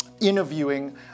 interviewing